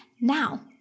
Now